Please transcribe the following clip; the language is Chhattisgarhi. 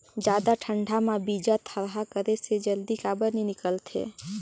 जादा ठंडा म बीजा थरहा करे से जल्दी काबर नी निकलथे?